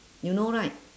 you know right